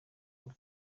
rugo